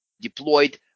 deployed